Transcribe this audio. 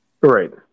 Right